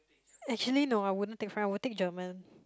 actually no I wouldn't take French I would take German